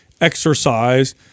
exercise